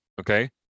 Okay